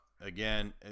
Again